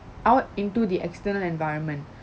out into the external environment